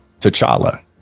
T'Challa